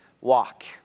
walk